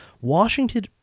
Washington